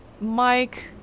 mike